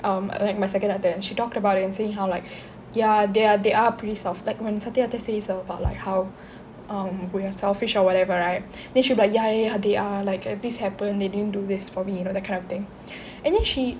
um like my second அத்தை:atthai she talked about it and saying how like ya they are they are pretty self~ like when Sathya அத்தை:sathya atthai says about like how about um we are very selfish or whatever right then she will be like ya ya ya they are like this happened they didn't do this for me you know that kind of thing and then she